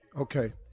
Okay